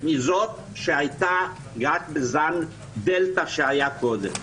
מזו שהייתה בזן דלתא שהיה קודם.